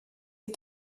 les